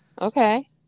Okay